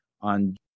on